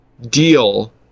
deal